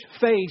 face